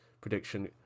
prediction